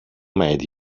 made